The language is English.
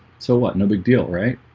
so what no big deal, right,